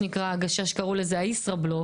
ובכך הם עוקפים את החוק?